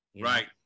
Right